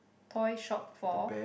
toy shop for